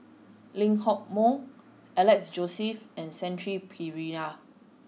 Lee Hock Moh Alex Josey and Shanti Pereira